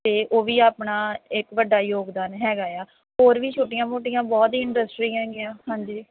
ਅਤੇ ਉਹ ਵੀ ਆਪਣਾ ਇੱਕ ਵੱਡਾ ਯੋਗਦਾਨ ਹੈਗਾ ਆ ਹੋਰ ਵੀ ਛੋਟੀਆਂ ਮੋਟੀਆਂ ਬਹੁਤ ਹੀ ਇੰਡਸਟਰੀ ਹੈਗੀਆਂ ਹਾਂਜੀ